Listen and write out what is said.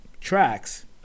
tracks